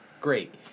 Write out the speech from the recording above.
great